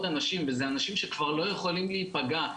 אנשים וזה אנשים שכבר לא יכולים להיפגע.